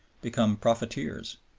become profiteers,